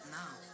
now